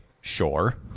sure